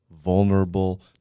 vulnerable